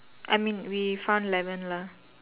I mean we found eleven lah